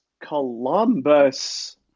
Columbus